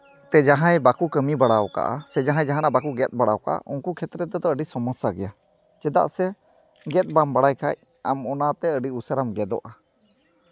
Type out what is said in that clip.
ᱛᱮ ᱡᱟᱦᱟᱸᱭ ᱵᱟᱠᱚ ᱠᱟᱹᱢᱤ ᱵᱟᱲᱟᱣ ᱠᱟᱜᱼᱟ ᱥᱮ ᱡᱟᱦᱟᱸᱭ ᱡᱟᱦᱟᱸᱱᱟᱜ ᱵᱟᱠᱚ ᱜᱮᱫ ᱵᱟᱲᱟᱣ ᱠᱟᱜᱼᱟ ᱩᱱᱠᱩ ᱠᱷᱮᱛᱨᱮ ᱨᱮᱫᱚ ᱟᱹᱰᱤ ᱥᱚᱢᱚᱥᱥᱟ ᱜᱮᱭᱟ ᱪᱮᱫᱟᱜ ᱥᱮ ᱜᱮᱫ ᱵᱟᱢ ᱵᱟᱲᱟᱭ ᱠᱷᱟᱡ ᱟᱢ ᱚᱱᱟᱛᱮ ᱟᱹᱰᱤ ᱩᱥᱟᱹᱨᱟᱢ ᱜᱮᱫᱚᱜᱼᱟ